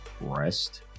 rest